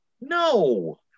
no